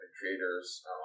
creators